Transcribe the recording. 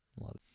Love